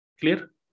Clear